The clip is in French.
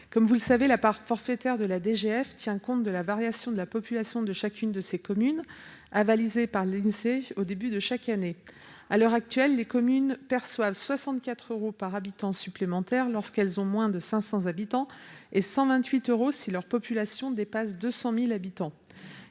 Comme vous le savez, la part forfaitaire de la DGF tient compte de la variation de la population de chacune de ces communes, avalisée par l'Insee au début de chaque année. À l'heure actuelle, les communes perçoivent 64 euros par habitant supplémentaire lorsqu'elles ont moins de 500 habitants et 128 euros si leur population dépasse 200 000 habitants.